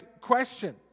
question